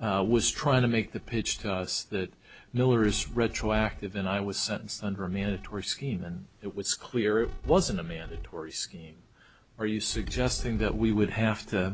was trying to make the pitch to us that miller is retroactive and i was sentenced under a mandatory scheme and it was clear it wasn't a mandatory scheme are you suggesting that we would have